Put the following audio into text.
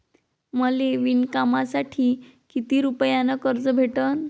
मले विणकामासाठी किती रुपयानं कर्ज भेटन?